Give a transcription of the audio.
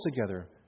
together